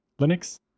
Linux